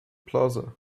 plaza